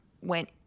went